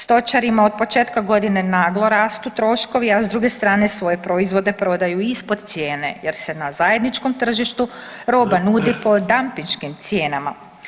Stočarima od početka godine naglo rastu troškovi, a s druge strane svoje proizvode prodaju ispod cijene jer se na zajedničkom tržištu roba nudi po dampinškim cijenama.